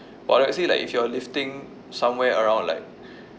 but let's say like if you are lifting somewhere around like